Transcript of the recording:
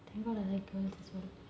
they don't want girls to tell